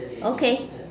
okay